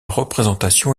représentation